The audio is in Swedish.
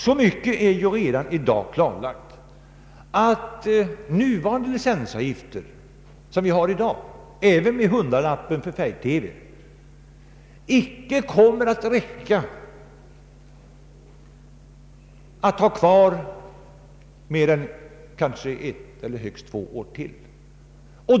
Så mycket är redan i dag klarlagt att de nuvarande licensavgifterna, även med de extra 100 kronorna för färg-TV, icke kommer att räcka mer än kanske ett eller högst två år till.